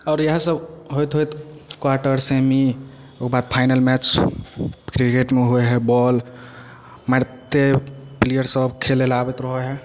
आओर इएह सब होइत होइत क्वार्टर सेमी ओहिके बाद फाइनल मैच क्रिकेटमे होइ हइ बाॅल मारिते प्लियर सब खेलै लए आबैत रहै हइ